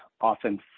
often